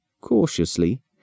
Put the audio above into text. Cautiously